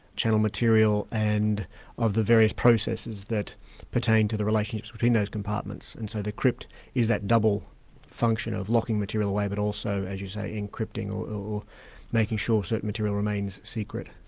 channel material, and of the various processes that pertain to the relationship between those compartments. and so the crypt is that double function of locking material away, but also as you say, encrypting, or making sure certain material remains secret.